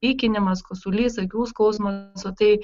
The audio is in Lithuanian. pykinimas kosulys akių skausmas o tai